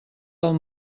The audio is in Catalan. del